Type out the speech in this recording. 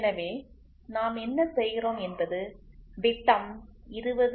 எனவே நாம் என்ன செய்கிறோம் என்பது விட்டம் 20